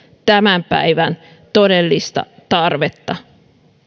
tämän päivän todellista tarvetta